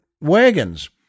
wagons